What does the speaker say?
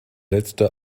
letzte